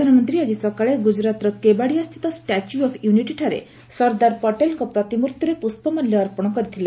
ପ୍ରଧାନମନ୍ତ୍ରୀ ଆଜି ସକାଳେ ଗୁକ୍ତରାତର କେବାଡିଆସ୍ଥିତ 'ଷ୍ଟାଚ୍ୟୁ ଅଫ୍ ୟୁନିଟି'ଠାରେ ସର୍ଦ୍ଦାର ପଟେଲଙ୍କ ପ୍ରତିମୂର୍ତ୍ତିରେ ପୁଷ୍ପମାଲ୍ୟ ଅର୍ପଣ କରିଥିଲେ